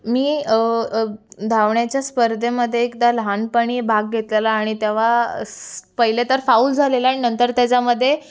मी धावण्याच्या स्पर्धेमध्ये एकदा लहानपणी भाग घेतलेला आणि तेव्हा स्स पहिले तर फाउल झालेला नंतर तेच्यामध्ये